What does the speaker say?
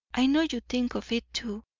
i know you think of it too,